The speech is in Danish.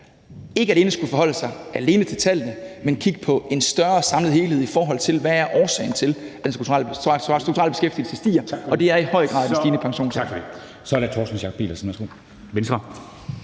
det her, ikke skulle forholde sig alene til tallene, men kigge på en større og samlet helhed, i forhold til hvad årsagen er til, at den strukturelle beskæftigelse stiger, og det er i høj grad den stigende pensionsalder.